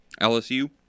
LSU